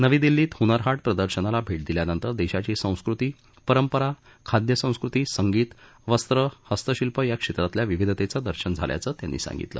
नवी दिल्लीत हनरहाट प्रदर्शनाला भेट दिल्यानंतर देशाची संस्कृती परंपरा खाद्य संस्कृती संगीत वस्त्र हस्तशिल्प या क्षेत्रातल्या विविधतेचं दर्शन झाल्याचं त्यांनी सांगितलं